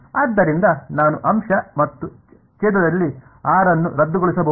ಆದ್ದರಿಂದ ನಾನು ಅಂಶ ಮತ್ತು ಛೇದದಲ್ಲಿ r ಅನ್ನು ರದ್ದುಗೊಳಿಸಬಹುದು